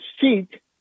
seat